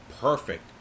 perfect